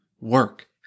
work